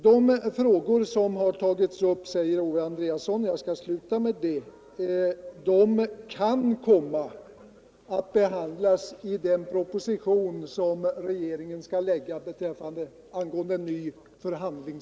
De frågor som tagits upp kan, säger Owe Andréasson — och jag skall sluta med det — komma att behandlas i den proposition angående ny förhandlingslag som regeringen skall lägga fram.